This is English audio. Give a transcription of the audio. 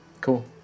cool